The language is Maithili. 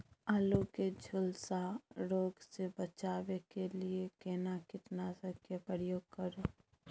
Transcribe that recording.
आलू के झुलसा रोग से बचाबै के लिए केना कीटनासक के प्रयोग करू